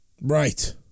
Right